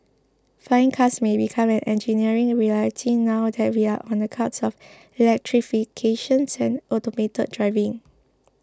flying cars may become an engineering reality now that we are on the cusp of electrifications and automated driving